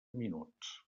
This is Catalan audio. minuts